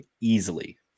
easily